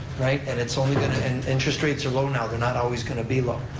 right, and it's only going to, and interest rates are low now, they're not always going to be low.